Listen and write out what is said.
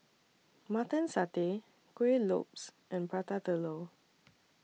Mutton Satay Kueh Lopes and Prata Telur